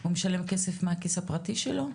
הוא משלם כסף מהכיס הפרטי שלו?